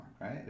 right